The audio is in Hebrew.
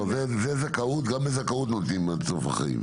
לא, זה זכאות, גם לזכאות נותנים עד סוף החיים.